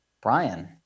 Brian